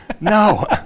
No